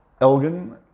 Elgin